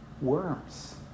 worms